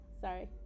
sorry